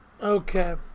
Okay